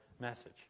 message